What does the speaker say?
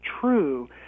true